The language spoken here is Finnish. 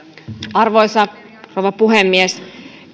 arvoisa rouva puhemies